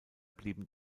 blieben